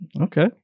Okay